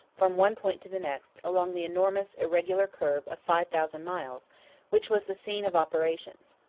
from one point to the next, along the enormous irregular curve of five thousand miles which was the scene of operations.